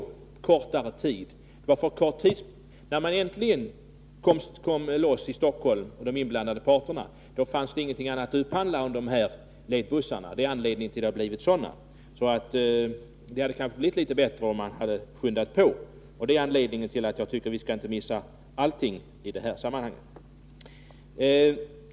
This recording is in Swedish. När de inblandade parterna i Stockholm äntligen kom loss fanns det ingenting annat att upphandla än dessa ledbussar. Det kanske hade blivit litet bättre om man hade skyndat på. Det är anledningen till att jag tycker att vi inte skall missa allt i detta sammanhang.